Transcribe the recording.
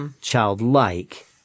childlike